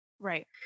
Right